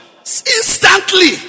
Instantly